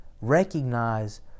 Recognize